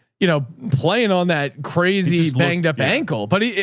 you know, playing on that crazy banged up ankle. but he,